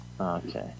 Okay